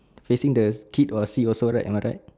facing the kid or sea also right am I right